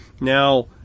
Now